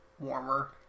warmer